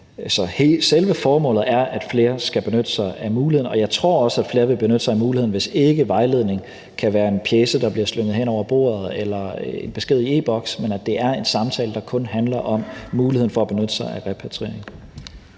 selve formålet er, at flere skal benytte sig af muligheden, og jeg tror også, at flere vil benytte sig af muligheden, hvis ikke vejledningen kan være en pjece, der bliver slynget hen over bordet, eller en besked i e-boks, men at det er en samtale, der kun handler om muligheden for at benytte sig af repatriering.